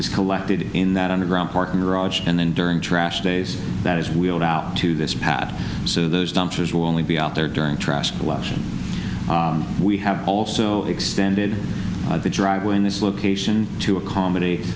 is collected in that underground parking garage and then during trash days that is wheeled out to this path so those dumpsters will only be out there during trash collection we have also extended the driveway in this location to a com